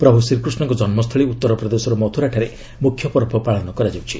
ପ୍ରଭୁ ଶ୍ରୀକୃଷ୍ଣଙ୍କ ଜନ୍ମ ସ୍ଥଳୀ ଉତ୍ତରପ୍ରଦେଶର ମଥୁରାରେ ମୁଖ୍ୟ ପର୍ବ ପାଳନ କରାଯାଉଛି